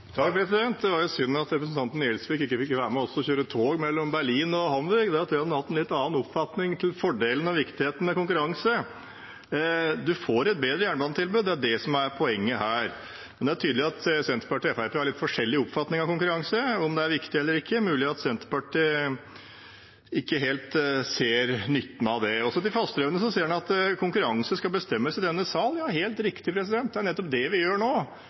Det var synd at representanten Gjelsvik ikke fikk være med oss og kjøre tog mellom Berlin og Hamburg. Da tror jeg han hadde hatt en litt annen oppfatning av fordelene og viktigheten av konkurranse. Man får et bedre jernbanetilbud. Det er det som er poenget her. Men det er tydelig at Senterpartiet og Fremskrittspartiet har litt forskjellig oppfatning av om konkurranse er viktig eller ikke. Det er mulig Senterpartiet ikke helt ser nytten av det. Fasteraune sier at konkurranse skal bestemmes i denne sal. Det er helt riktig, og det er nettopp det vi gjør nå.